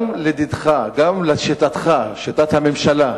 גם לדידך, גם לשיטתך, שיטת הממשלה,